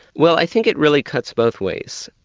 well i think it really cuts both ways.